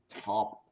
top